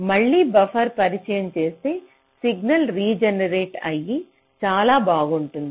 మళ్ళీ బఫర్ను పరిచయం చేస్తే సిగ్నల్ రీజనరేట్ signal regenerate అయి చాలా బాగుంటుంది